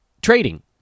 trading